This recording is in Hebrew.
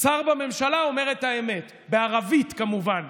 שר בממשלה אומר את האמת, בערבית כמובן.